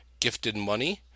GiftedMoney